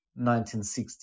1960